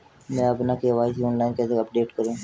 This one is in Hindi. मैं अपना के.वाई.सी ऑनलाइन कैसे अपडेट करूँ?